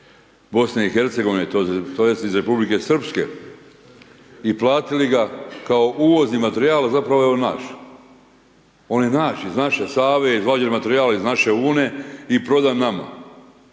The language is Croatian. iz Republike BiH tj. iz Republike Srpske i platili ga kao uvozni materijal, zapravo je on naš. On je naš, iz naše Save je izvađen materijal, iz naše Une i prodan nama